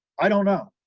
i don't know.